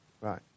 Right